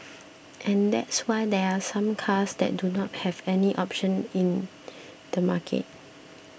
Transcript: and that's why there are some cars that do not have any options in the market